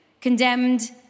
condemned